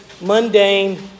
mundane